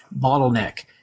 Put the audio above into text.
bottleneck